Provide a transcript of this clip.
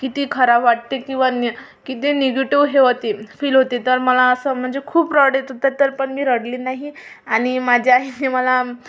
किती खराब वाटते किवन्य किती निगेटीव हे होती फील होती तर मला असं म्हणजे खूप रडू येत होतं तर पण मी रडली नाही आणि माझ्या आईने मला